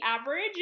average